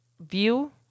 view